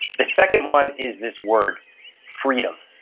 the second one is this word freedom.